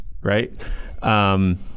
right